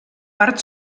part